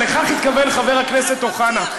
ולכך התכוון חבר הכנסת אוחנה.